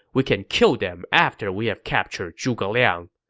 we can kill them after we have captured zhuge liang.